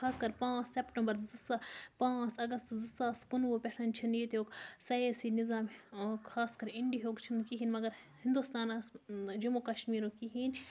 خاص کَر پانٛژھ سٮ۪پٹَمبَر زٕ پانٛژھ اَگستہٕ زٕ ساس کُنہٕ وُہ پٮ۪ٹھ چھِنہٕ ییٚتیُک سَیٲسی نِظام خاص کَر اِنٛڈِہُک چھِنہٕ کِہیٖنۍ مَگر ہِنٛدوستانَس جموں کَشمیٖرُک کِہیٖنۍ